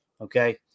okay